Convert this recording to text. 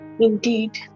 indeed